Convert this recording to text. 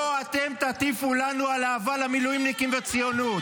לא אתם תטיפו לנו על אהבה למילואימניקים וציונות.